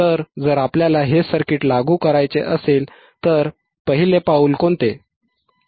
तर जर आपल्याला हे सर्किट लागू करायचे असेल तर पहिले पाऊल कोणते आहे